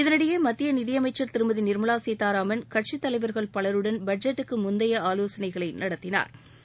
இதனிடையே மத்திய நிதி அமைச்சர் திருமதி நிர்மலா சீத்தாராமன் கட்சித் தலைவர்கள் பலருடன் பட்ஜெட்டுக்கு முந்தைய ஆலோசனைகளை நடத்தினாா்